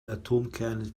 atomkerne